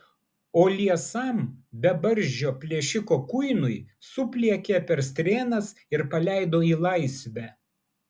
o liesam bebarzdžio plėšiko kuinui supliekė per strėnas ir paleido į laisvę